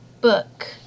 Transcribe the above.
book